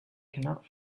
cannot